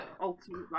ultimate